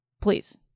Please